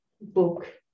book